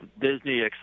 Disney